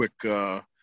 quick